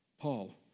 Paul